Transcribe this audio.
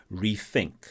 rethink